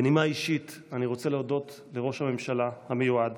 בנימה אישית אני רוצה להודות לראש הממשלה המיועד